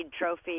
trophy